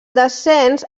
descens